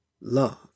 love